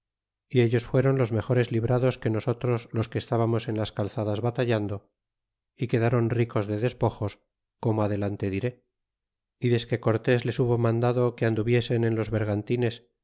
y ellos fueron los mejor librados que nos otros los que estábamos en las calzadas batallando y quedaron ricos de despojos como adelante diré y desque cortés les hubo mandado que anduviesen en los vergantines